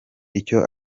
icyo